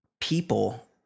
People